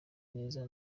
neza